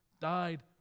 died